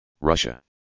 Russia